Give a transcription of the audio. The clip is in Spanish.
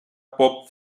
pop